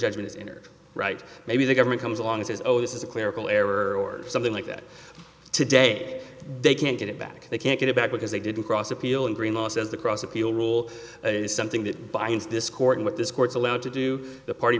or right maybe the government comes along as oh this is a clerical error or something like that today they can't get it back they can't get it back because they didn't cross appeal and green law says the cross appeal rule is something that binds this court and what this court's allowed to do the party